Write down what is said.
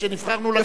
כשנבחרנו לכנסת,